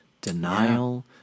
denial